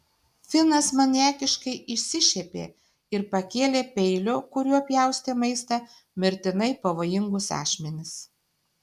finas maniakiškai išsišiepė ir pakėlė peilio kuriuo pjaustė maistą mirtinai pavojingus ašmenis